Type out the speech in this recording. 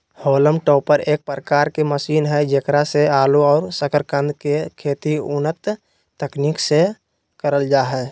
haulm topper एक प्रकार के मशीन हई जेकरा से आलू और सकरकंद के खेती उन्नत तकनीक से करल जा हई